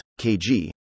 KG